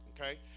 okay